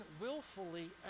willfully